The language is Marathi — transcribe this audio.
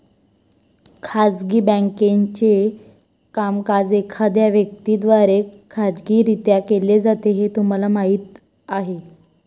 खाजगी बँकेचे कामकाज एखाद्या व्यक्ती द्वारे खाजगीरित्या केले जाते हे तुम्हाला माहीत आहे